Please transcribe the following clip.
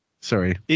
Sorry